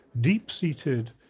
deep-seated